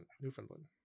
Newfoundland